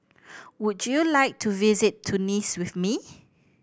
would you like to visit Tunis with me